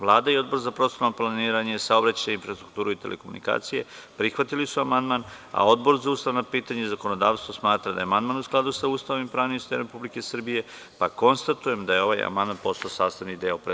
Vlada i Odbor za prostorno planiranje, saobraćaj, infrastrukturu i telekomunikacije prihvatili su amandman, a Odbor za ustavna pitanja i zakonodavstvo smatra da je amandman u skladu sa Ustavom i pravnim sistemom Republike Srbije, pa konstatujem da je ovaj amandman postao sastavni deo Predloga zakona.